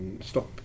stop